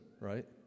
right